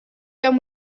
done